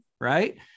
right